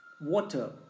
Water